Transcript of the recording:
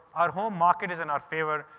our home market is in our favor.